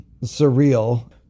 surreal